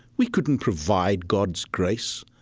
we couldn't provide god's grace.